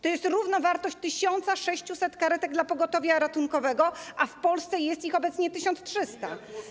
To jest równowartość 1600 karetek dla pogotowia ratunkowego, a w Polsce jest ich obecnie 1300.